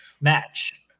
match